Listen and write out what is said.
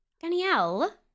Danielle